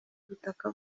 ubutaka